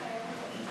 מתחייבת אני